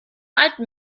alten